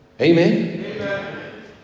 Amen